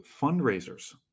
fundraisers